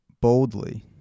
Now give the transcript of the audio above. boldly